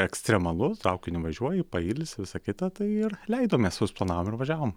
ekstremalu traukiniu važiuoji pailsi visa kita tai ir leidomės susiplanavom ir važiavom